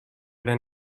than